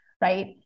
right